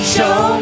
Show